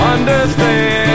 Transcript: Understand